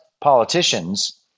politicians